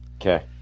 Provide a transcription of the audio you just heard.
Okay